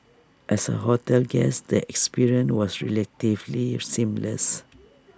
as A hotel guest the experience was relatively seamless